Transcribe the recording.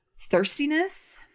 thirstiness